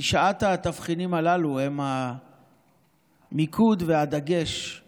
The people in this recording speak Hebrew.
תשעת התבחינים הללו הם המיקוד והדגש של